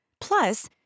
Plus